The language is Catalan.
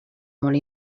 molt